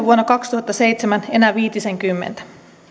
vuonna kaksituhattaseitsemän enää viitisenkymmentä